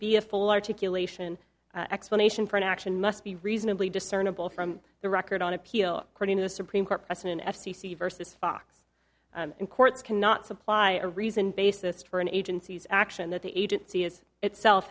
be a full articulation explanation for an action must be reasonably discernible from the record on appeal according to the supreme court precedent f c c versus fox and courts cannot supply a reason basis for an agency's action that the agency is itself